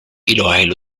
iloilo